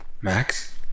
Max